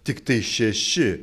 tiktai šeši